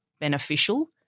beneficial